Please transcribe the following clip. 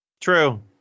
True